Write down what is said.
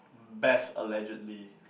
best allegedly